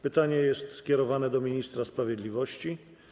Pytanie jest skierowane do ministra sprawiedliwości.